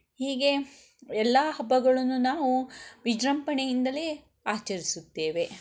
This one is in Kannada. ಹೀಗೇ ಎಲ್ಲ ಹಬ್ಬಗಳನ್ನು ನಾವು ವಿಜೃಂಭಣೆಯಿಂದಲೇ ಆಚರಿಸುತ್ತೇವೆ